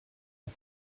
ans